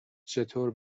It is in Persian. چطور